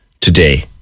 today